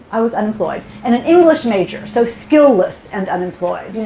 i was unemployed. and an english major, so skill-less and unemployed.